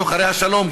שוחרי השלום,